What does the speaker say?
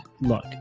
Look